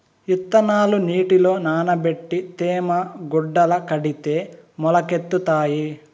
ఇత్తనాలు నీటిలో నానబెట్టి తేమ గుడ్డల కడితే మొలకెత్తుతాయి